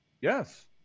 Yes